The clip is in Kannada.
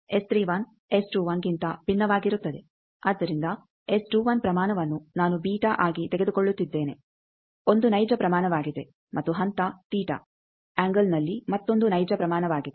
ಆದ್ದರಿಂದ ಪ್ರಮಾಣವನ್ನು ನಾನು ಬೀಟಾ ಆಗಿ ತೆಗೆದುಕೊಳ್ಳುತ್ತಿದ್ದೇನೆ ಒಂದು ನೈಜ ಪ್ರಮಾಣವಾಗಿದೆ ಮತ್ತು ಹಂತ ತೀಟ ಅಂಗಲ್ನಲ್ಲಿ ಮತ್ತೊಂದು ನೈಜ ಪ್ರಮಾಣವಾಗಿದೆ